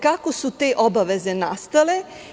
Kako su te obaveze nastale?